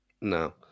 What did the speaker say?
No